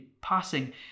passing